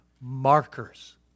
markers